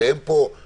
הרי אין פה שינויים,